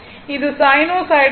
இது சைனூசாய்டல் வேவ்பார்ம்க்கு 1